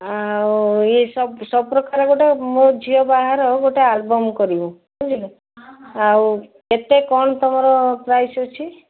ଆଉ ଇଏ ସବୁ ପ୍ରକାର ଗୋଟେ ମୋ ଝିଅ ବାହାଘର ଗୋଟେ ଆଲବମ୍ କରିବୁ ବୁଝିଲୁ ଆଉ କେତେ କ'ଣ ତମର ପ୍ରାଇସ୍ ଅଛି